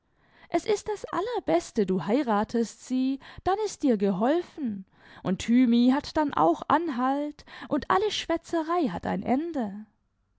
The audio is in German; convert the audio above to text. es ist das allerbeste du heiratest sie dann ist dir geholfen und thymi hat dann auch anhalt und alle schwätzerei hat ein ende